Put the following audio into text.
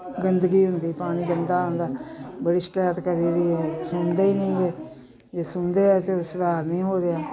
ਗੰਦਗੀ ਹੁੰਦੀ ਪਾਣੀ ਗੰਦਾ ਆਉਂਦਾ ਬੜੀ ਸ਼ਿਕਾਇਤ ਕਰੀ ਦੀ ਹੈ ਸੁਣਦੇ ਹੀ ਨਹੀਂ ਜੇ ਸੁਣਦੇ ਆ ਫਿਰ ਸੁਧਾਰ ਨਹੀਂ ਹੋ ਰਿਹਾ